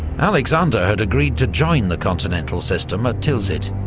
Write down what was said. alexander had agreed to join the continental system at tilsit,